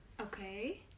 Okay